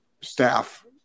staff